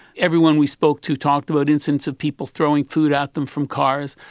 everyone we spoke to talked about incidences of people throwing food at them from cars.